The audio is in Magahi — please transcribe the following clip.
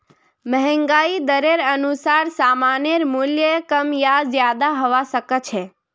महंगाई दरेर अनुसार सामानेर मूल्य कम या ज्यादा हबा सख छ